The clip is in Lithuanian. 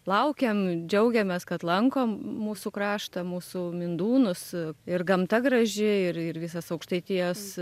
laukiam džiaugiamės kad lanko mūsų kraštą mūsų mindūnus ir gamta graži ir ir visas aukštaitijos